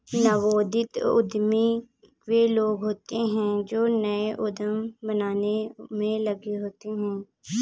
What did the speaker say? नवोदित उद्यमी वे लोग होते हैं जो नए उद्यम बनाने में लगे होते हैं